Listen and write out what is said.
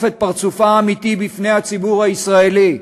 את פרצופה האמיתי בפני הציבור הישראלי.